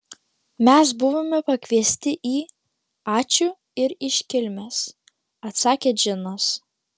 mes buvome pakviesti į ačiū ir iškilmes atsakė džinas